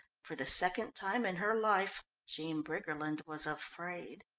for the second time in her life jean briggerland was afraid.